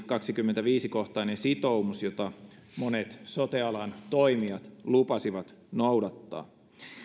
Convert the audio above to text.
kaksikymmentäviisi kohtainen sitoumus jota monet sote alan toimijat lupasivat noudattaa